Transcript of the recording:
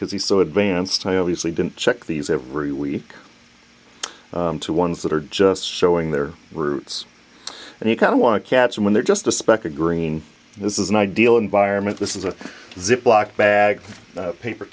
because he's so advanced i obviously didn't check these every week to ones that are just showing their roots and you kind of want to catch them when they're just a speck a green this is an ideal environment this is a ziploc bag paper